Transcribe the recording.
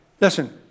listen